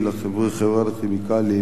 חברת הכימיקלים,